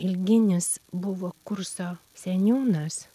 ilginis buvo kurso seniūnas